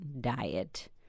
diet